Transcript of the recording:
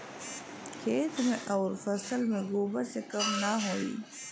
खेत मे अउर फसल मे गोबर से कम ना होई?